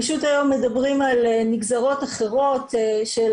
פשוט היום מדברים על נגזרות אחרות של